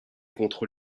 contre